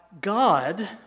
God